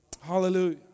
Hallelujah